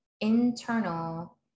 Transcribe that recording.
internal